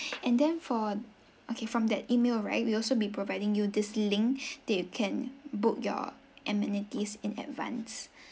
and then for okay from that email right we'll also be providing you this link that you can book your amenities in advance